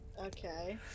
okay